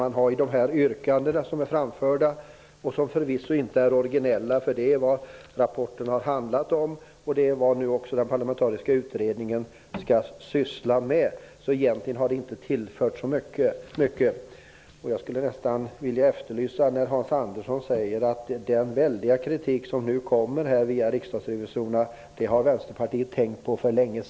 De har de yrkanden som är framförda och som förvisso inte är originella, för de överensstämmer med vad rapporten har handlat om samt också med vad den parlamentariska utredningen skall syssla med, så de har egentligen inte tillfört så mycket. Hans Andersson sade att den väldiga kritik som nu kommer från rikdagsrevisorerna hade Vänsterpartiet för länge sedan tänkt på.